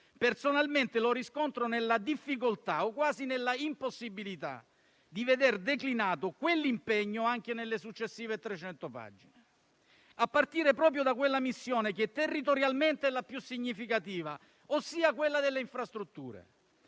problema lo riscontro nella difficoltà o, quasi, nell'impossibilità di veder declinato quell'impegno anche nelle successive 300 pagine, a partire proprio dalla missione che territorialmente è la più significativa, ossia quella delle infrastrutture.